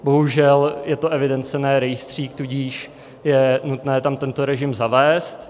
Bohužel je to evidence, ne rejstřík, tudíž je nutné tam tento režim zavést.